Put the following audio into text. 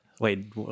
wait